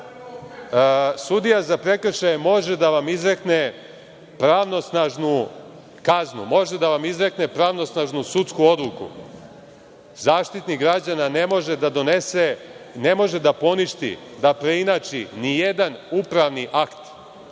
za prekršaje može da vam izrekne pravnosnažnu kaznu, može da vam izrekne pravnosnažnu sudsku odluku. Zaštitnik građana ne može da donese, ne može da poništi, da preinači ni jedan upravni akt,